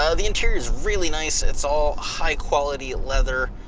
ah the interior is really nice, it's all high quality leather,